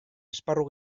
esparru